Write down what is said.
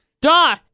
Duh